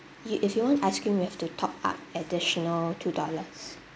if if you want ice cream you have to top up additional two dollars